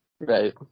Right